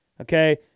Okay